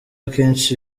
akenshi